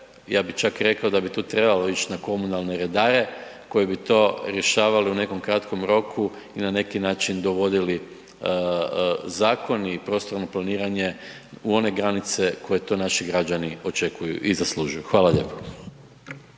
ja bi čak rekao da bi tu trebalo ići na komunalne redare koji bi to rješavali u nekom kratkom roku i na neki način dovodili zakoni i prostorno planiranje, u one granice koje to naši građani očekuju i zaslužuju. Hvala lijepo.